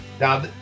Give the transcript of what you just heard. Now